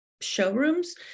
showrooms